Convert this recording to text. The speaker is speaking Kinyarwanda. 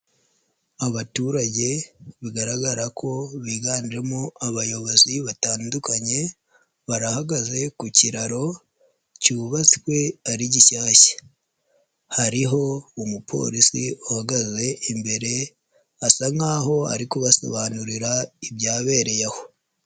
Abaturage bigaragara ko biganjemo abayobozi batandukanye, barahagaze ku kiraro cyubatswe ari gishyashya, hariho umupolisi uhagaze imbere asa nk'aho ari kubasobanurira ibyabereye aho.